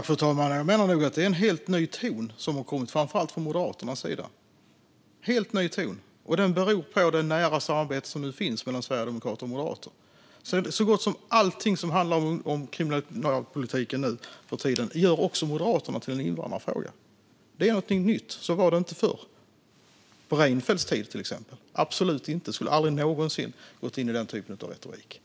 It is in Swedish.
Fru talman! Jag menar nog att det är en helt ny ton som har kommit från framför allt Moderaternas sida. Det är en helt ny ton, och den beror på det nära samarbete som nu finns mellan sverigedemokrater och moderater. Så gott som allting som handlar om kriminalpolitiken nu för tiden gör Moderaterna också till en invandrarfråga. Det är någonting nytt. Så var det inte förr, till exempel på Reinfeldts tid, absolut inte. Då skulle man aldrig någonsin ha gått in i den typen av retorik.